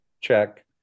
Check